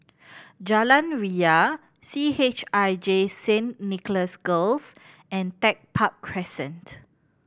Jalan Ria C H I J Saint Nicholas Girls and Tech Park Crescent